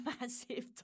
massive